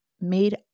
Made